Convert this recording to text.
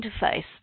interface